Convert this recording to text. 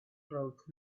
brought